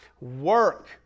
work